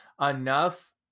enough